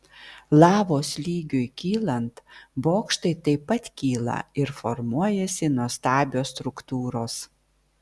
lavos lygiui kylant bokštai taip pat kyla ir formuojasi nuostabios struktūros